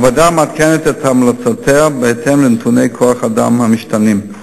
הוועדה מעדכנת את המלצותיה בהתאם לנתוני כוח-האדם המשתנים.